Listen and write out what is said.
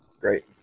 Great